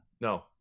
No